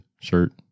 shirt